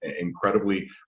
incredibly